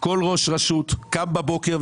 כל ראש רשות קם בבוקר,